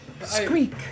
Squeak